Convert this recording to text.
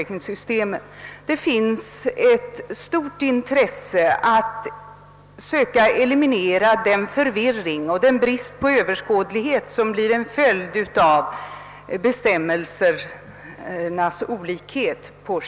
Ett stort intresse föreligger emellertid för att söka eliminera den förvirring och den brist på överskådlighet som blir en följd härav.